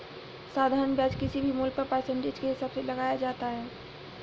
साधारण ब्याज किसी भी मूल्य पर परसेंटेज के हिसाब से लगाया जाता है